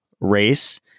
race